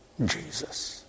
Jesus